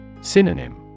Synonym